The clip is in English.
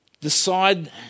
decide